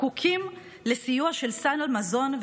זקוקים לסיוע של סל מזון,